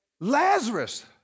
Lazarus